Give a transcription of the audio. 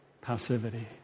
passivity